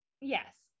yes